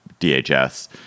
DHS